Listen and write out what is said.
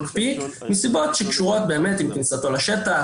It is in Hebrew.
מקפיא מסיבות שקשורות לכניסה לשטח,